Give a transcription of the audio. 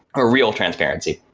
or real transparency,